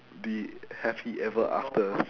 the happy ever afters